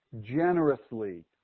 generously